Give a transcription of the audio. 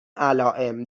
علائم